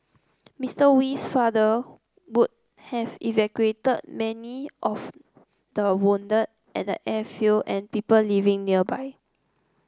Mister Wee's father would have evacuated many of the wounded at the airfield and people living nearby